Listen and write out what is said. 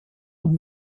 und